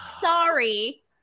Sorry